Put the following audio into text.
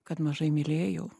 kad mažai mylėjau